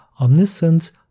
omniscient